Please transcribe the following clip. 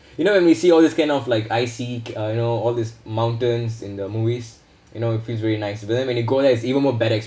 you know when we see all this kind of like I see uh you know all these mountains in the movies you know if it feels very nice but then when you go there is even more better